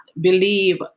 believe